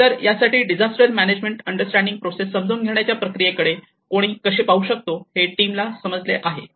तर यासाठी disaster management understanding process समजून घेण्याच्या प्रक्रियेकडे कोणी कसे पाहू शकतो हे टीमला समजले आहे